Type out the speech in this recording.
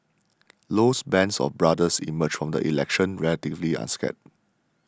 Low's band of brothers emerged from the election relatively unscathed